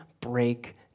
break